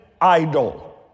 idol